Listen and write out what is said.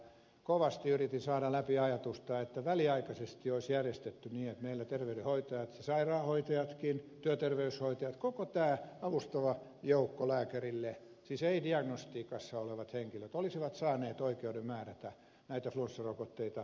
kovasti yritin saada läpi ajatusta että väliaikaisesti olisi järjestetty niin että meillä terveydenhoitajat sairaanhoitajatkin työterveyshoitajat koko tämä lääkäriä avustava joukko siis ei diagnostiikassa olevat henkilöt olisivat saaneet oikeuden määrätä näitä flunssarokotteita